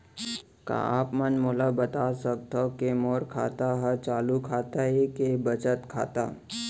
का आप मन मोला बता सकथव के मोर खाता ह चालू खाता ये के बचत खाता?